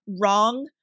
wrong